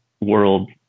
world